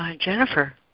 Jennifer